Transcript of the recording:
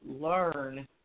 learn